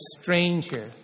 stranger